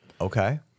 Okay